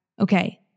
Okay